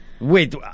Wait